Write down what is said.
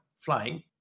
flying